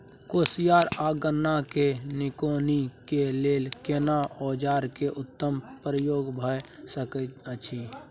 कोसयार आ गन्ना के निकौनी के लेल केना औजार के उत्तम प्रयोग भ सकेत अछि?